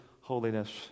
holiness